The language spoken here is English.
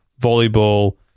volleyball